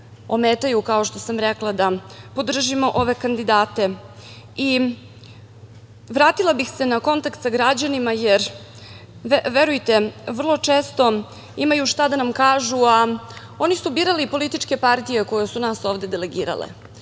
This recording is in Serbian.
ometaju, kao što sam rekla, da podržimo ove kandidate. Vratila bih se na kontakt sa građanima, jer, verujte, vrlo često imaju šta da nam kažu, a oni su birali političke partije koje su nas ovde delegirale.